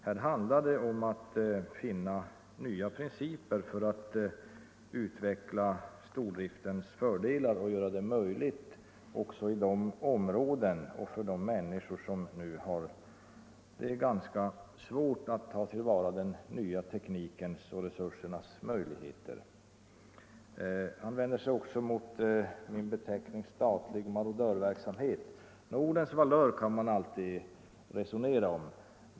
Här handlar det om att finna nya principer för att utveckla stordriftens fördelar och göra den möjlig för de människor som nu har ganska svårt att ta till vara den nya teknikens möjligheter. Herr Larsson vände sig också mot min beteckning statlig marodörverksamhet. Ordens valör kan man alltid resonera om.